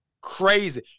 crazy